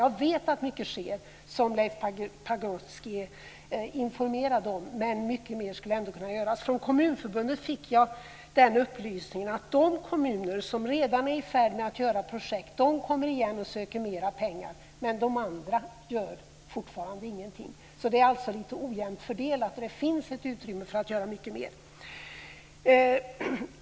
Jag vet att mycket sker, som Leif Pagrotsky informerade om, men mycket mer skulle kunna göras. Från Kommunförbundet fick jag upplysningen att de kommuner som redan är i färd med att genomföra projekt kommer tillbaka och söker mer pengar, men andra gör fortfarande ingenting. Det är alltså lite ojämnt fördelat, och det finns ett utrymme för att göra mycket mer.